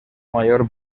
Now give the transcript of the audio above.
mayor